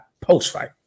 post-fight